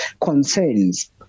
concerns